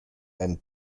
and